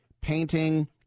painting